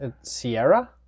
Sierra